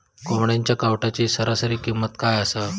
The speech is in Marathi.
कोंबड्यांच्या कावटाची सरासरी किंमत काय असा?